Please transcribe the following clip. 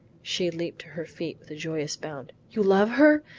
she leaped to her feet with a joyous bound. you love her?